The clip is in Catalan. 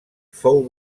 fou